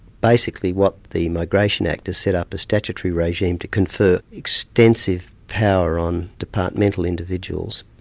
basically what the migration act has set up a statutory regime to confer extensive power on departmental individuals,